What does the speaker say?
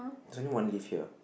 there's only one lift here